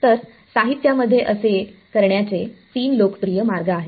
तर साहित्यामध्ये असे करण्याचे तीन लोकप्रिय मार्ग आहेत